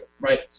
right